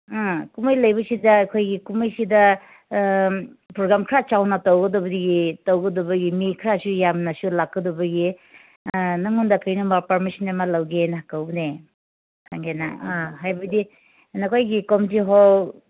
ꯎꯝ ꯀꯨꯝꯍꯩ ꯂꯩꯕꯁꯤꯗ ꯑꯩꯈꯣꯏꯒꯤ ꯀꯨꯝꯍꯩꯁꯤꯗ ꯄ꯭ꯔꯣꯒ꯭ꯔꯥꯝ ꯈꯔ ꯆꯥꯎꯅ ꯇꯧꯒꯗꯕꯗꯒꯤ ꯇꯧꯒꯗꯕꯒꯤ ꯃꯤ ꯈꯔꯁꯨ ꯌꯥꯝꯅꯁꯨ ꯂꯥꯛꯀꯗꯕꯒꯤ ꯅꯪꯉꯣꯟꯗ ꯀꯔꯤꯒꯨꯝꯕ ꯄꯔꯃꯤꯁꯟ ꯑꯃ ꯂꯧꯒꯦꯅ ꯀꯧꯕꯅꯦ ꯂꯧꯒꯦꯅ ꯑꯥ ꯍꯥꯏꯕꯗꯤ ꯅꯈꯣꯏꯒꯤ ꯀꯃ꯭ꯌꯨꯅꯤꯇꯤ ꯍꯣꯜ